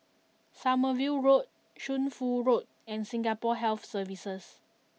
Sommerville Road Shunfu Road and Singapore Health Services